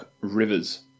Rivers